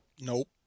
nope